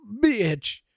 bitch